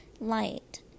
light